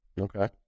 Okay